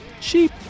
cheap